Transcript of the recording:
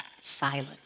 Silent